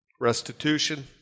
Restitution